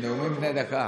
שותפים בהגנת הארץ.